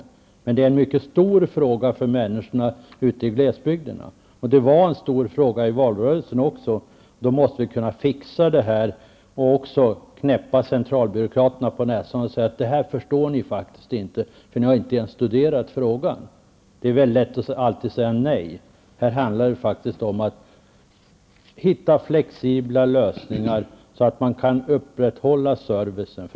Däremot är det en mycket stor fråga för människor ute i glesbygden, och det var också en mycket stor fråga i valrörelsen. Vi måste knäppa centralbyråkraterna på näsan och tala om för dem att de inte förstår frågan, eftersom de inte ens har studerat den. Det är alltid lätt att säga nej till saker och ting. Här handlar det faktiskt om att hitta flexibla lösningar så att servicen kan upprätthållas.